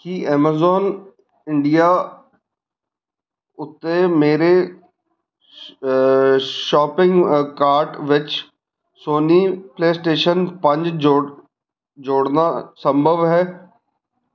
ਕੀ Amazon India ਉੱਤੇ ਮੇਰੇ shopping cart ਵਿੱਚ ਸੋਨੀ ਪਲੇਅਸਟੇਸ਼ਨ ਪੰਜ ਜੋ ਜੋੜਨਾ ਸੰਭਵ ਹੈ